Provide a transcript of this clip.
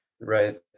Right